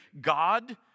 God